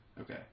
Okay